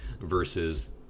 versus